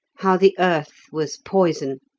how the earth was poison,